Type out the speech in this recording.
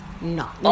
no